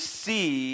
see